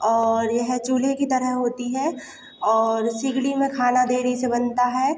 और यह चूल्हे की तरह होती है और सिगड़ी में खाना देरी से बनता है